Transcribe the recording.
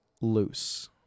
loose